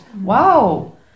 wow